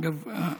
אגב,